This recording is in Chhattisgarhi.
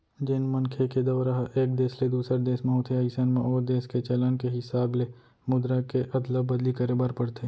जेन मनखे के दौरा ह एक देस ले दूसर देस म होथे अइसन म ओ देस के चलन के हिसाब ले मुद्रा के अदला बदली करे बर परथे